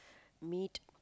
meat